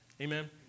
Amen